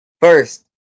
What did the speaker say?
first